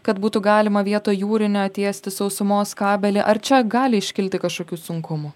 kad būtų galima vietoj jūrinio tiesti sausumos kabelį ar čia gali iškilti kažkokių sunkumų